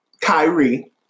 Kyrie –